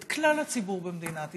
את כלל הציבור במדינת ישראל,